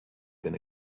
been